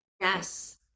Yes